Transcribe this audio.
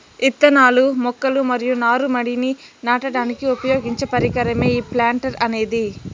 ఇత్తనాలు, మొక్కలు మరియు నారు మడిని నాటడానికి ఉపయోగించే పరికరమే ఈ ప్లాంటర్ అనేది